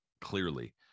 clearly